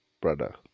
Brother